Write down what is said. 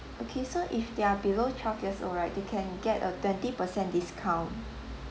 okay so if they're below twelve years old right they can get a twenty percent discount